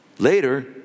Later